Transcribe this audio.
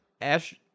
Ash